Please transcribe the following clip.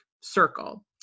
circle